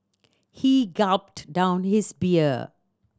he gulped down his beer